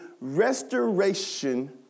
restoration